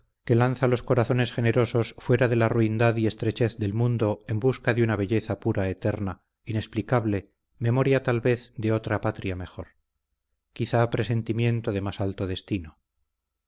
que lanza los corazones generosos fuera de la ruindad y estrechez del mundo en busca de una belleza pura eterna inexplicable memoria tal vez de otra patria mejor quizá presentimiento de más alto destino